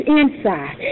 inside